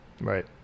Right